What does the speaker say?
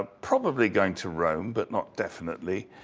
ah probably going to rome but not definitely.